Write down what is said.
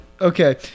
Okay